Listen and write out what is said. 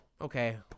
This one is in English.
Okay